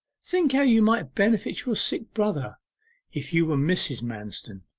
think how you might benefit your sick brother if you were mrs. manston.